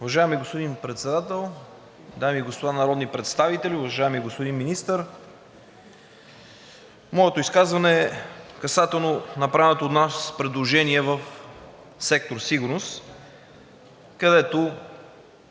Уважаеми господин Председател, дами и господа народни представители, уважаеми господин Министър! Моето изказване касае направеното от нас предложение в сектор „Сигурност“, където